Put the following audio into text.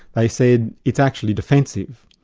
they said, it's actually defensive.